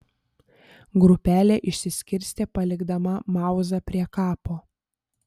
grupelė išsiskirstė palikdama mauzą prie kapo